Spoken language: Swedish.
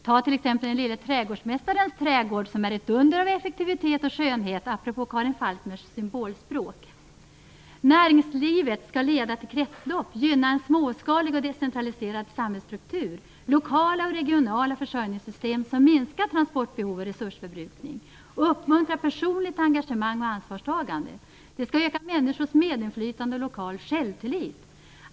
Ta t.ex. den lille trädgårdsmästarens trädgård, som är ett under av effektivitet och skönhet - Näringslivet skall leda till kretslopp, gynna en småskalig och decentraliserad samhällsstruktur, lokala och regionala försörjningssystem som minskar transportbehov och resursförbrukning, uppmuntra personligt engagemang och ansvarstagande. Det skall öka människors medinflytande och lokal självtillit.